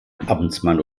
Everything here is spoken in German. amtmann